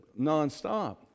nonstop